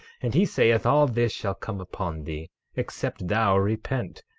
and he saith all this shall come upon thee except thou repent,